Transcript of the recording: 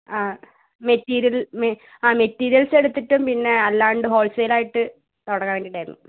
ആ മെറ്റീരിയൽ ആ മെറ്റീരിയൽസ് എടുത്തിട്ടും പിന്നെ അല്ലാണ്ട് ഹോൾസൈൽ ആയിട്ട് തുടങ്ങാൻ വേണ്ടിയിട്ടായിരുന്നു